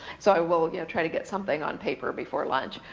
so i will will you know try to get something on paper before lunch.